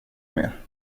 mer